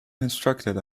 constructed